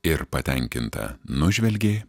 ir patenkinta nužvelgė